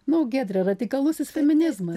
nu giedre radikalusis feminizmas